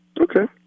Okay